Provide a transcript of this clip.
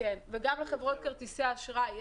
גם לחברות כרטיסי האשראי.